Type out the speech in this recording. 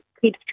Keep